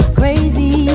crazy